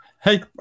Hey